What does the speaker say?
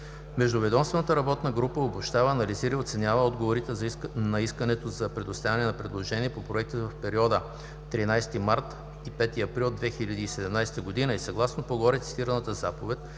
Междуведомствената работна група обобщава, анализира и оценява отговорите на Искане за предоставяне на предложение по проекта в периода 13 март – 5 април 2017 г. и съгласно по-горе цитираната заповед